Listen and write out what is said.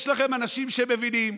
יש לכם אנשים שמבינים.